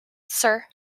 sir